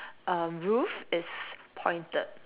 um roof is pointed